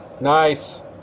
Nice